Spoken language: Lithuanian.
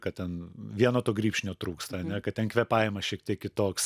kad ten vieno to grybšnio trūksta ane kad ten kvėpavimas šiek tiek kitoks